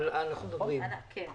כן.